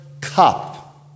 cup